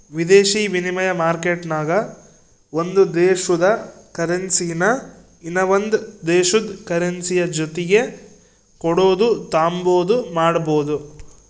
ವಿದೇಶಿ ವಿನಿಮಯ ಮಾರ್ಕೆಟ್ನಾಗ ಒಂದು ದೇಶುದ ಕರೆನ್ಸಿನಾ ಇನವಂದ್ ದೇಶುದ್ ಕರೆನ್ಸಿಯ ಜೊತಿಗೆ ಕೊಡೋದು ತಾಂಬಾದು ಮಾಡ್ಬೋದು